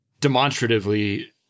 demonstratively